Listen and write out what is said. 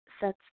Sets